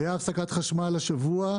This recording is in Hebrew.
הייתה הפסקת חשמל השבוע,